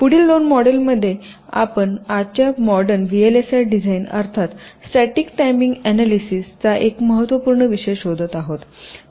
त्यानंतर पुढील दोन मॉड्युलमध्ये आपण आजच्या मॉडर्न व्हीएलएसआय डिझाईन अर्थात स्टॅटिक टायमिंग ऍनॅलिस चा एक महत्त्वपूर्ण विषय शोधत आहोत